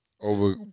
over